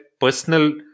personal